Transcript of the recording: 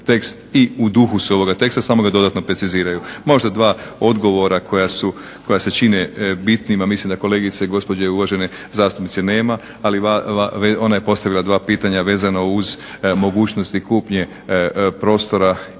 tekst i u duhu su ovoga teksta, samo ga dodatno preciziraju. Možda dva odgovora koja su, koja se čine bitnim a mislim da kolegice, gospođe uvažene zastupnice nema. Ali ona je postavila dva pitanja vezana uz mogućnosti kupnje prostora i možda